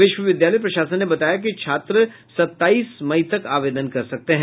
विश्वविद्यालय प्रशासन ने बताया कि छात्र सत्ताईस मई तक आवेदन कर सकते हैं